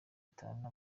itanu